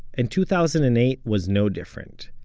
and two thousand and eight was no different.